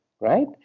right